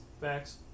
Facts